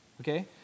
okay